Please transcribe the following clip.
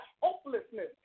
hopelessness